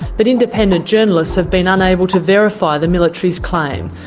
but independent journalists have been unable to verify the military's claim.